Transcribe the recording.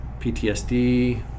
PTSD